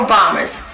Bombers